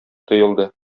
тоелды